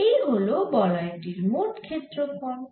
এই হল বলয় টির মোট ক্ষেত্রফল